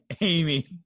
Amy